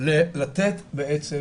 לתת בעצם